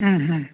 ꯎꯝ